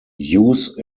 use